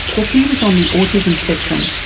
that he was on the autism spectrum,